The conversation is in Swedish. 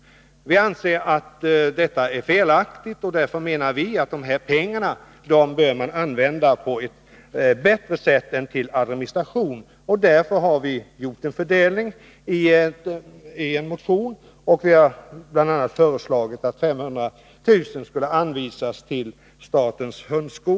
Vi anser att detta är felaktigt och att pengarna bör användas på ett bättre sätt än att anslå dem till administration. Därför har vi i en motion föreslagit en fördelning av dessa medel, bl.a. att 500 000 kr. skall anvisas till statens hundskola.